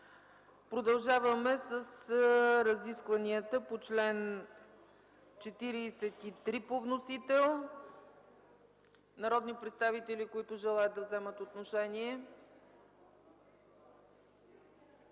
Продължаваме с разискванията по чл. 43 по вносител. Има ли народни представители, които желаят да вземат отношение?